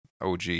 OG